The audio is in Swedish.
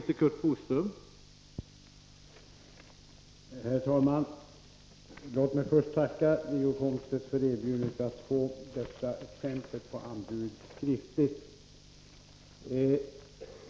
Herr talman! Låt mig först tacka Wiggo Komstedt för erbjudandet att lämna exemplet på anbud skriftligt.